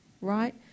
right